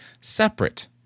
separate